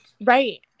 Right